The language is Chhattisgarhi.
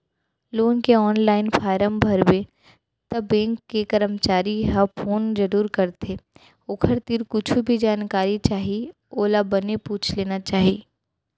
लोन के ऑनलाईन फारम भरबे त बेंक के करमचारी ह फोन जरूर करथे ओखर तीर कुछु भी जानकारी चाही ओला बने पूछ लेना चाही